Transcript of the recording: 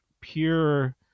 pure